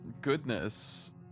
goodness